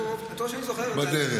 טוב שאני זוכר את זה.